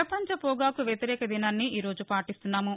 ప్రపంచ పొగాకు వ్యతిరేక దినాన్ని ఈ రోజు పాటిస్తున్నాము